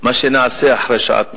ממה שנעשה אחרי שעת מעשה.